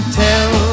tell